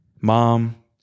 Mom